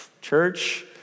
church